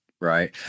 right